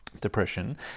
depression